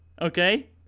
okay